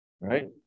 right